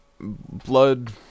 Blood